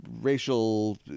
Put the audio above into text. racial